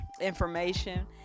information